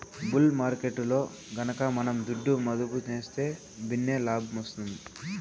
bull మార్కెట్టులో గనక మనం దుడ్డు మదుపు సేస్తే భిన్నే లాబ్మొస్తాది